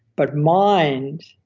but mind,